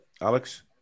Alex